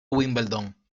wimbledon